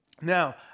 Now